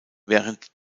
während